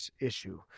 issue